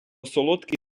солодкий